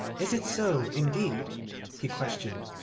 is it so, indeed he questioned.